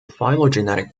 phylogenetic